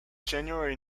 january